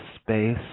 space